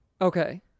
okay